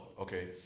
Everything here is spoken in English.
okay